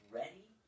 ready